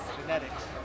Genetics